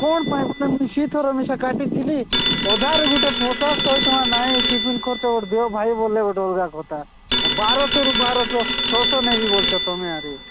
କ'ଣ ପାଇଁ ମାନେ ମୁଇଁ ସେଥର ମିସା କାଟିଥିଲି ଅଧାରେ ଗୁଟେ ପଚାଶ ଶହ ଟଙ୍କା ନାଇଁ ଟିଫିନ୍ ଖର୍ଚ୍ଚ ଗୋଟେ ଦିଅ ଭାଇ ବୋଲେ ଗୋଟେ ଅଲଗା କଥା ବାରଶରୁ ବାରଶ ଛଶହ ନେବି ବଳୁଛ ତମେ ଆରି